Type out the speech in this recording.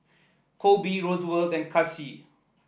Koby Roosevelt and Kacie